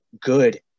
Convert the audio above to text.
good